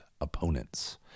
opponents